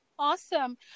Awesome